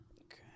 okay